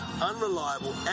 unreliable